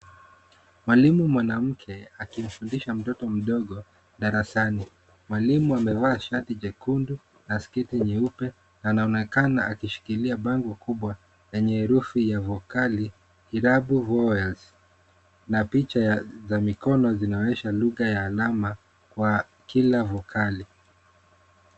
Mwalimu mwanamke akimfundisha mtoto mdogo darasani. Mwalimu amevaa shati jekundu na sketi nyeupe na anaonekana akishikilia bango kubwa lenye herufi ya vokali Irabu vowels na picha za mikono zinaonyesha lugha ya alama kwa kila vokali.